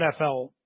NFL